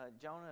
Jonah